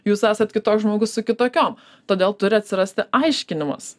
jūs esat kitoks žmogus su kitokiom todėl turi atsirasti aiškinimas